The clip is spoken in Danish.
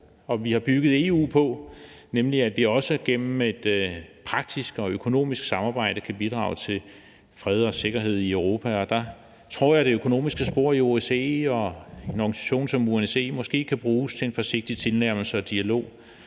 og har bygget EU på, nemlig at det også igennem et praktisk og økonomisk samarbejde er muligt at bidrage til fred og sikkerhed i Europa, og der tror jeg, at det økonomiske spor i organisationer som OSCE måske kan bruges til en forsigtig tilnærmelse og dialog,